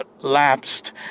lapsed